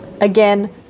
Again